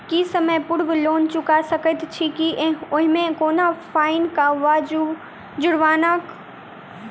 की समय पूर्व लोन चुका सकैत छी ओहिमे कोनो फाईन वा जुर्मानाक प्रावधान तऽ नहि अछि?